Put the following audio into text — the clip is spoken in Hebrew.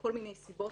מכל מיני סיבות,